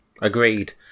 agreed